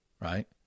right